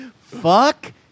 Fuck